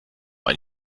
ein